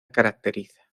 caracteriza